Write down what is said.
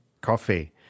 coffee